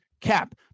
cap